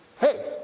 hey